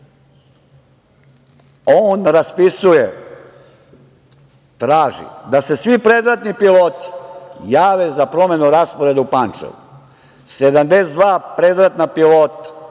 On raspisuje, traži da se svi predratni piloti jave za promenu rasporeda u Pančevu. Sedamdeset